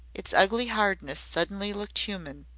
its ugly hardness suddenly looked human.